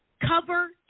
cover